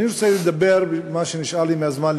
אני רוצה לדבר במה שנשאר לי מהזמן על